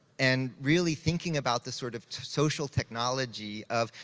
and really thinking about the sort of social technology of,